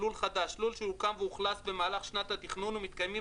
"לול חדש" - לול שהוקם ואוכלס במהלך שנת התכנון ומתקיימים